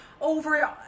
over